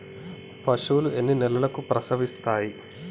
పశువులు ఎన్ని నెలలకు ప్రసవిస్తాయి?